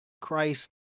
Christ